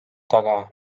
taga